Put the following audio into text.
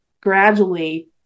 gradually